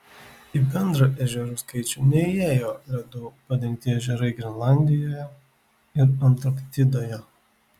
į bendrą ežerų skaičių neįėjo ledu padengti ežerai grenlandijoje ir antarktidoje